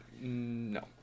No